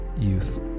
youth